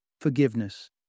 forgiveness